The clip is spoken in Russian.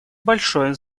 большое